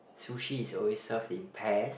sushi is always served in pairs